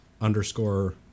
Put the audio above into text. underscore